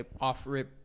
off-rip